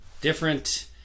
different